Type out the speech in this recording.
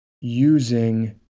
using